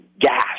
gas